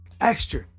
extra